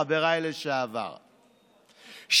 חבריי לשעבר,